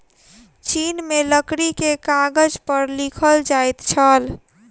चीन में लकड़ी के कागज पर लिखल जाइत छल